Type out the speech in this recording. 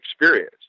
experience